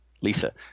Lisa